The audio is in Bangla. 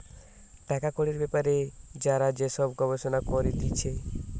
টাকা কড়ির বেপারে যারা যে সব গবেষণা করতিছে